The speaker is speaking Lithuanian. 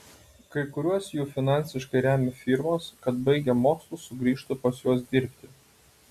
kai kuriuos jų finansiškai remia firmos kad baigę mokslus sugrįžtų pas juos dirbti